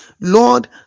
Lord